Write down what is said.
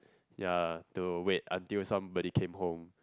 ya to wait until somebody came home